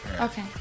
Okay